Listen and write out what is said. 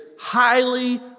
highly